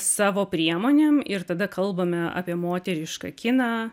savo priemonėm ir tada kalbame apie moterišką kiną